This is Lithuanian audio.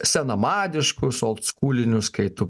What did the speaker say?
senamadiškus oldskūlinius kai tu